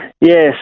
Yes